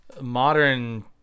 modern